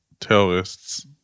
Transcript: terrorists